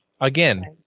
Again